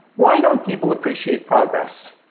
why don't people appreciate progress?